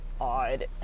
odd